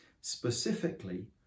Specifically